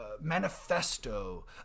manifesto